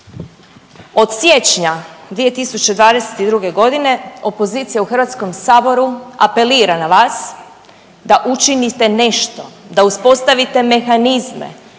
Od siječnja 2022. godine opozicija u Hrvatskom saboru apelira na vas da učinite nešto da uspostavite mehanizme